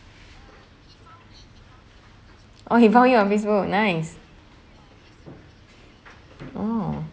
oh he found you on Facebook nice oh